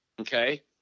Okay